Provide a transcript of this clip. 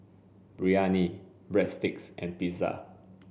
Biryani Breadsticks and Pizza